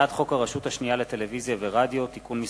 הצעת חוק הרשות השנייה לטלוויזיה ורדיו (תיקון מס'